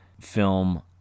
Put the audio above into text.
film